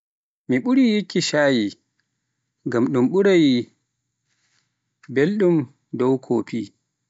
Mi ɓuri yikki cay e dow ngam ɗum ɓuri belɗum dow kofi.